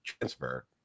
transfer